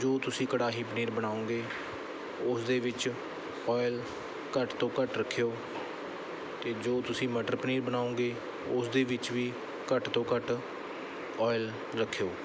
ਜੋ ਤੁਸੀਂ ਕੜਾਹੀ ਪਨੀਰ ਬਣਾਉਂਗੇ ਉਸਦੇ ਵਿੱਚ ਓਇਲ ਘੱਟ ਤੋਂ ਘੱਟ ਰੱਖਿਓ ਅਤੇ ਜੋ ਤੁਸੀਂ ਮਟਰ ਪਨੀਰ ਬਣਾਓਗੇ ਉਸਦੇ ਵਿੱਚ ਵੀ ਘੱਟ ਤੋਂ ਘੱਟ ਓਇਲ ਰੱਖਿਓ